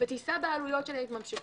ותישא בעלויות של ההתממשקות.